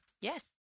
Yes